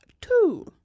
two